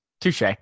Touche